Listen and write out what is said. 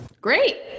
Great